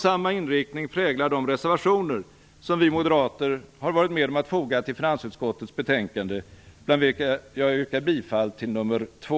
Samma inriktning präglar de reservationer som vi moderater har varit med om att foga till finansutskottets betänkande, bland vilka jag yrkar bifall till nr 2